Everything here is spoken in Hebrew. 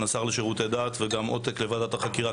השר לשירותי דת וגם עותק לוועדת החקירה,